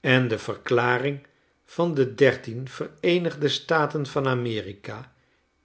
en de verklaring van de dertien vereenigde staten van a m e r i k a